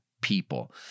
people